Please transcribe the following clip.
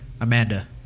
Amanda